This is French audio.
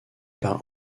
par